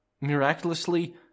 Miraculously